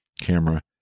camera